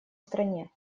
стране